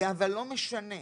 אבל זה לא משנה,